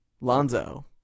Lonzo